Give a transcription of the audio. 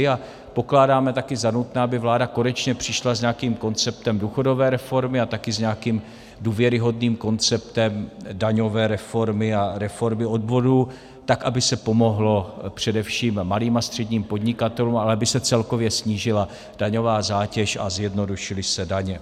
A pokládáme taky za nutné, aby vláda konečně přišla s nějakým konceptem důchodové reformy a taky s nějakým důvěryhodným konceptem daňové reformy a reformy odvodů, tak aby se pomohlo především malým a středním podnikatelům, ale aby se celkově snížila daňová zátěž a zjednodušily se daně.